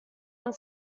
one